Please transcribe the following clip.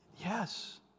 Yes